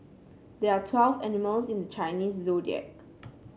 there are twelve animals in the Chinese Zodiac